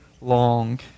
long